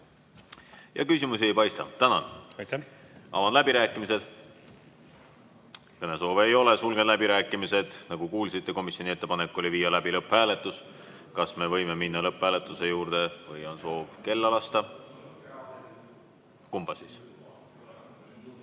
Küsimusi ei paista. Tänan! Avan läbirääkimised. Kõnesoove ei ole. Sulgen läbirääkimised. Nagu kuulsite, komisjoni ettepanek oli viia läbi lõpphääletus. Kas me võime minna lõpphääletuse juurde või on soov, et ma kella